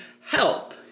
help